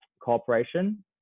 cooperation